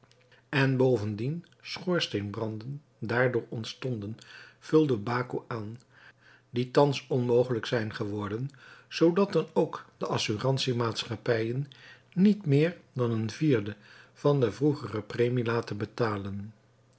en bovendien schoorsteenbranden daardoor ontstonden vulde baco aan die thans onmogelijk zijn geworden zoodat dan ook de assurantie maatschapppijen niet meer dan een vierde van de vroegere premie laten betalen